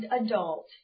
adult